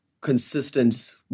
consistent